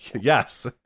Yes